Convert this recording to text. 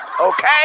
Okay